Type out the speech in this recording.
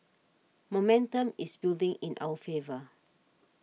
momentum is building in our favour